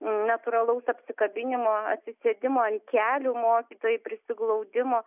natūralaus apsikabinimo atsisėdimo ant kelių mokytojui prisiglaudimo